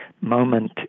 moment